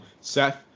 Seth